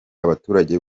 abaturage